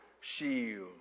shield